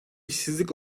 işsizlik